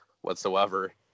whatsoever